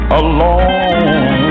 alone